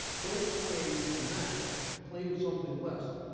don't claim matched, claim something less.